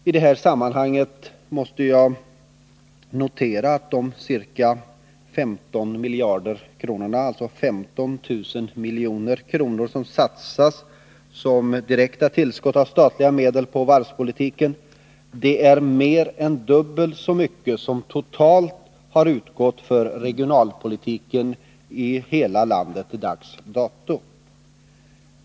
I detta sammanhang måste jag notera att de ca 15 miljarder kronor, alltså 15 000 milj.kr., som satsats som direkta tillskott av statliga medel på varvspolitiken, är mer än dubbelt så mycket som vad som totalt har utgått för regionalpolitiken i hela landet till dags dato.